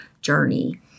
journey